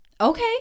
Okay